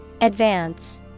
Advance